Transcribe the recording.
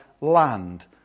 land